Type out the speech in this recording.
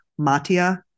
Matia